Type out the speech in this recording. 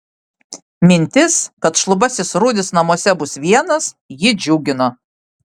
mintis kad šlubasis rudis namuose bus vienas jį džiugino